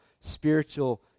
spiritual